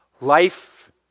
Life